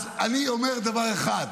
אני אומר דבר אחד: